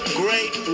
great